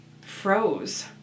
froze